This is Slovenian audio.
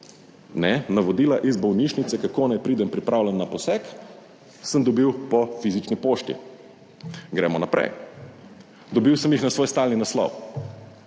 Ne, navodila iz bolnišnice, kako naj pridem pripravljen na poseg, sem dobil po fizični pošti. Gremo naprej, dobil sem jih na svoj stalni naslov